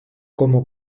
como